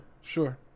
sure